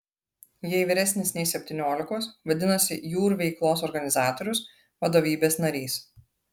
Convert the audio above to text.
jei vyresnis nei septyniolikos vadinasi jūr veiklos organizatorius vadovybės narys